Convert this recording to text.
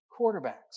quarterbacks